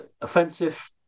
offensive